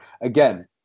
again